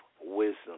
wisdom